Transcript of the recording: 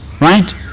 right